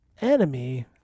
Enemy